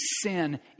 sin